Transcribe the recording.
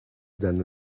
than